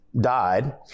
died